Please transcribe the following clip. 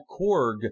Korg